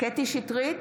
קטי קטרין שטרית,